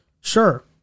sure